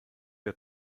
der